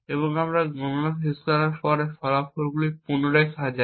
এবং আমরা গণনা শেষ হওয়ার পরে ফলাফলগুলি পুনরায় সাজাই